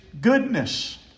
goodness